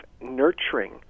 nurturing